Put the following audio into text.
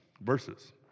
verses